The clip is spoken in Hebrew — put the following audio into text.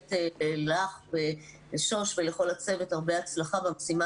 מאחלת לך ולשוש ולכל הצוות הרבה הצלחה במשימה